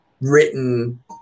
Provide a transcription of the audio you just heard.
written